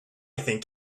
think